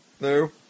No